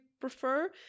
prefer